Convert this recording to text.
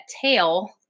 tail